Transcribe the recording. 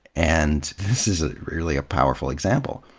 and this is a really a powerful example.